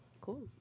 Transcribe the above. Cool